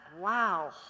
Wow